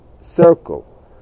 circle